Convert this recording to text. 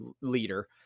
leader